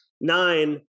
nine